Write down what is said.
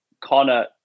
Connor